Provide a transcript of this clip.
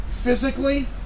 physically